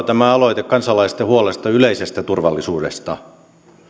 tämä aloite kertoo kansalaisten huolesta yleisestä turvallisuudesta